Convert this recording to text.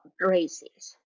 races